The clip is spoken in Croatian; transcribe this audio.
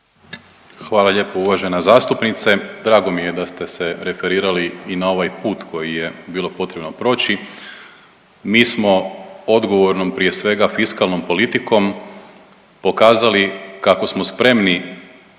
Hvala lijepo uvažena zastupnice, drago mi je da ste se referirali i na ovaj put koji je bilo potrebno proći. Mi smo odgovornom prije svega fiskalnom politikom pokazali kako smo spremni